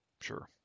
Sure